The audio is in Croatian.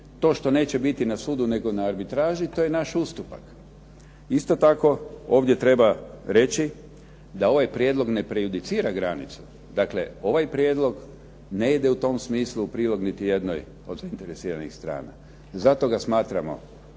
To što neće biti na sudu nego na arbitraži to je naš ustupak. Isto tako ovdje treba reći da ovaj prijedlog ne prejudicira granicu, dakle ovaj prijedlog ne ide u tom smislu u prilog niti jednog od zainteresiranih strana. Zato ga smatramo